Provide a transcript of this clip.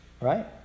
right